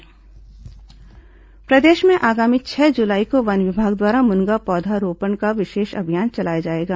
म्नगा पौधरोपण प्रदेश में आगामी छह जुलाई को वन विभाग द्वारा मुनगा पौधरोपण का विशेष अभियान चलाया जाएगा